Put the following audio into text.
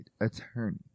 attorney